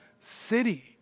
city